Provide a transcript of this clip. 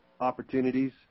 opportunities